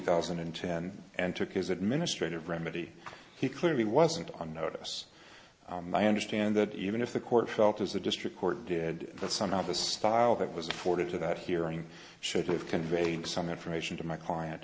thousand and ten and took his administrative remedy he clearly wasn't on notice i understand that even if the court felt as the district court did that somehow the style that was afforded to that hearing should have conveyed some information to my client